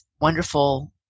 wonderful